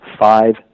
five